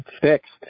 fixed